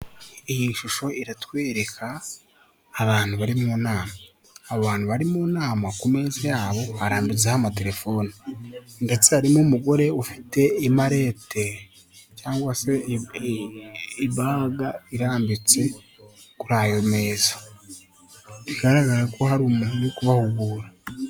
Iyi shusho iratwereka abantu bari mu nama, abantu bari mu nama ku meza yabo harambitseho amatelefone ndetse harimo umugore ufite imarete cyangwa se ibaga irambitse ku ayo meza, bigaragara ko hari umuntu uri kubahugura.